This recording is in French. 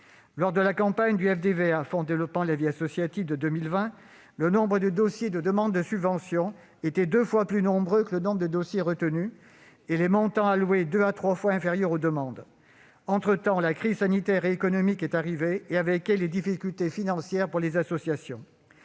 Lors de la campagne du FDVA de 2020, le nombre de demandes de subvention était deux fois plus nombreux que celui des dossiers retenus, et les montants alloués deux à trois fois inférieurs aux demandes. Entretemps, la crise sanitaire et économique est arrivée et, avec elle, les difficultés financières pour les associations.